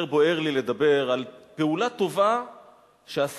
יותר בוער לי לדבר על פעולה טובה שעשה